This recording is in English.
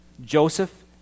Joseph